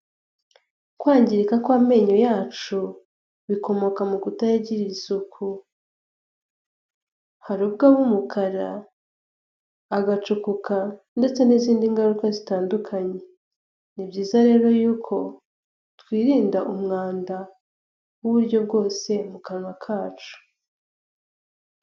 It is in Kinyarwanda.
kwangirika kw'amenyo yacu bikomoka mu kutayagira isuku ha ubwo aba umukara agacukuka ndetse n'izindi ngaruka zitandukanye ni byiza rero yuko twirinda umwanda m'uburyo bwose mu kanwa kacu.